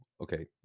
okay